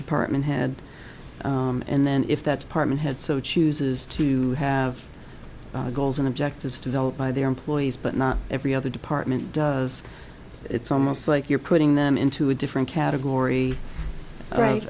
department head and then if that apartment had so chooses to have goals and objectives developed by their employees but not every other department does it's almost like you're putting them into a different category right